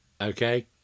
Okay